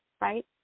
Right